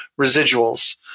residuals